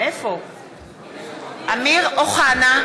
חברים יקרים,